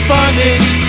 Bondage